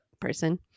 person